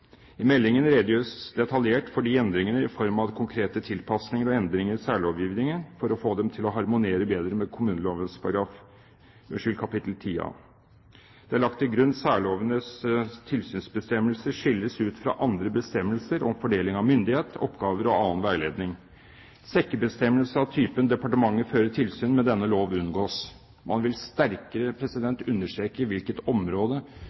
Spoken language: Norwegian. I meldingen redegjøres det detaljert for de endringene i form av konkrete tilpasninger og endringer i særlovgivningen for å få dem til å harmonere bedre med kommuneloven kapittel 10 A. Det er lagt til grunn at særlovenes tilsynsbestemmelser skilles ut fra andre bestemmelser om fordeling av myndighet, oppgaver og annen veiledning. Sekkebestemmelser av typen «departementet fører tilsyn med denne lov» unngås. Man vil sterkere understreke hvilket område